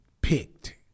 picked